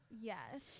Yes